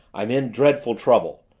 i'm in dreadful trouble!